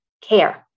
care